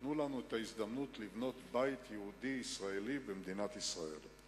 תנו לנו את ההזדמנות לבנות בית יהודי ישראלי במדינת ישראל.